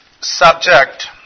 subject